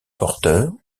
porteur